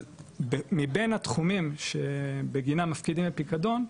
אז מבין התחומים שבגינם מפקידים את הפיקדון,